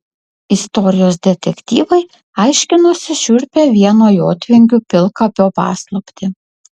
istorijos detektyvai aiškinosi šiurpią vieno jotvingių pilkapio paslaptį